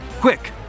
Quick